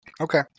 Okay